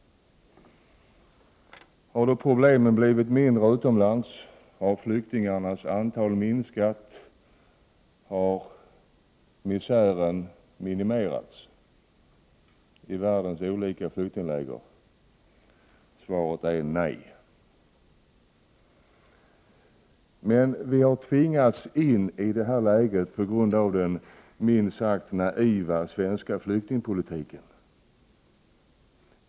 Har problemen blivit mindre utomlands? Har flyktingarnas antal minskat? Har misären minimerats i världens olika flyktingläger? Svaret är nej. Vi har tvingats in i detta läge på grund av den minst sagt naiva svenska flyktingpolitiken.